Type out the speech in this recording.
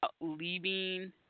leaving